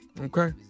Okay